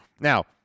Now